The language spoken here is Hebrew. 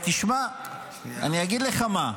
תשמע, אני אגיד לך מה,